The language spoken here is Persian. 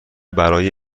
برای